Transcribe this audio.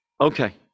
Okay